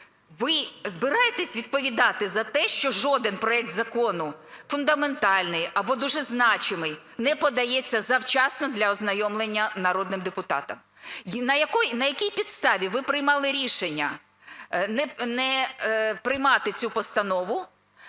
ви збираєтесь відповідати за те, що жоден проект закону фундаментальний, або дуже значимий не подається завчасно для ознайомлення народним депутатам? На якій підставі ви приймали рішення не приймати цю постанову?